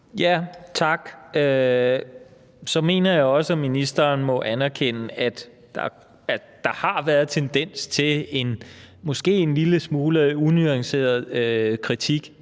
(V): Tak. Så mener jeg også, at ministeren må anerkende, at der måske har været tendens til en lille smule unuanceret kritik